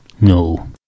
No